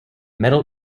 metal